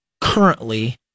currently